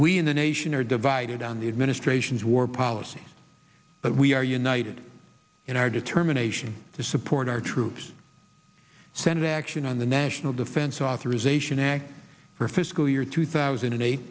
we in the nation are divided on the administration's war policies but we are united in our determination to support our troops senate action on the national defense authorization act for fiscal year two thousand and